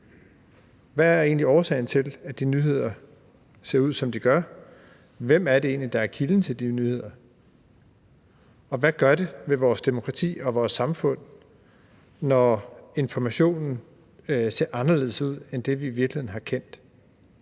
egentlig årsagen til, at de nyheder ser ud, som de gør? Hvem er det egentlig, der er kilden til de nyheder? Og hvad gør det ved vores demokrati og vores samfund, når informationen ser anderledes ud end det, vi i virkeligheden har kendt?